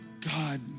God